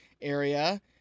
area